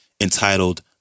entitled